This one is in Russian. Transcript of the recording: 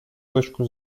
точку